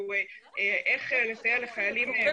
איך לסייע לחיילים בודדים מפוטרים.